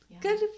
good